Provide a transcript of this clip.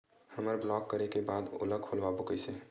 हमर ब्लॉक करे के बाद ओला खोलवाबो कइसे?